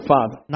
Father